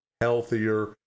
healthier